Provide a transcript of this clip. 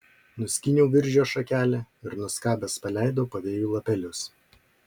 nuskyniau viržio šakelę ir nuskabęs paleidau pavėjui lapelius